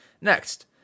Next